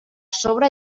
sobre